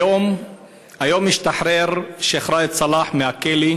היום השתחרר שיח' ראאד סלאח מהכלא,